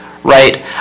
right